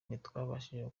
ntitwabashije